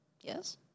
Yes